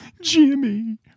Jimmy